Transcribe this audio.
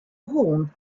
horn